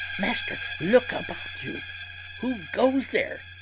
master, look about you who goes there,